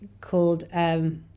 called